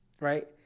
Right